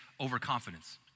overconfidence